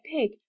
pig